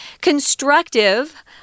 Constructive